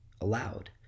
allowed